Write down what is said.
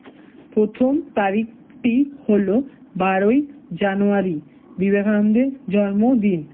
প্রথম তারিখটি হলো বারোই জানুয়ারি বিবেকানন্দের জন্মদিন